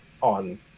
on